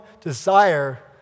desire